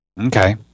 Okay